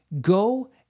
Go